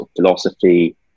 philosophy